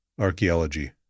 Archaeology